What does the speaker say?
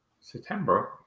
September